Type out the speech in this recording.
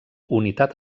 unitat